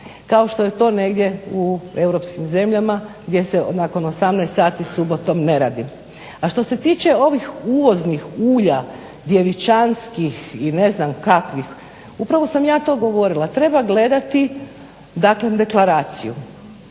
kao što je to negdje u europskim zemljama, gdje se nakon 18 sati subotom ne radi. A što se tiče ovih uvoznih ulja djevičanskih i ne znam kakvih upravo sam ja to govorila treba gledati daklem deklaraciju.